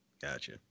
Gotcha